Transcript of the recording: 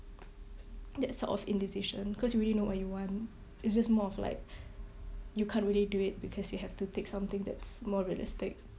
that sort of indecision cause you already know what you want it's just more of like you can't really do it because you have to take something that's more realistic